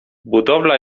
budowla